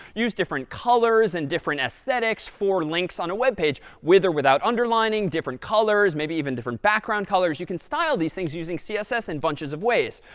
use different colors and different aesthetics for links on a web page, with or without underlining, different colors, maybe even different background colors. you can style these things using css in bunches of ways.